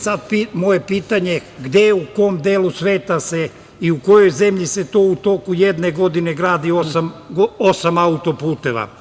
Sad, moje pitanje, gde, u kom delu sveta i u kojoj zemlji se to u toku jedne godine gradi osam autoputeva?